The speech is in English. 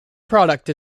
product